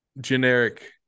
generic